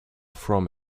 from